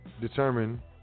determine